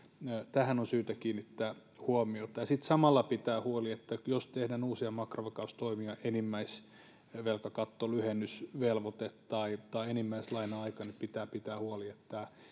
tähän on syytä kiinnittää huomiota ja sitten samalla pitää huoli että jos tehdään uusia makrovakaustoimia enimmäisvelkakatto lyhennysvelvoite tai tai enimmäislaina aika niin pitää pitää huoli että